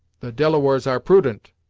the delawares are prudent.